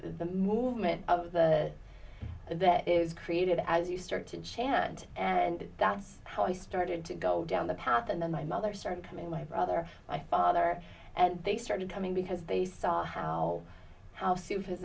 the movement of the that is created as you start to chant and that's how i started to go down the path and then my mother started coming my brother my father and they started coming because they saw how stupid